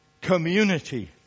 Community